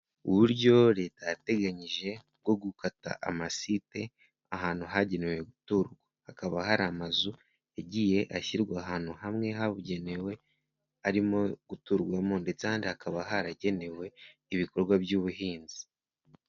Uburyo leta yateganyije bwo gukata amasite ahantu hagenewe guturwa, hakaba hari amazu yagiye ashyirwa ahantu hamwe habugenewe arimo guturwamo ndetse ahandi hakaba haragenewe ibikorwa by'ubuhinzi.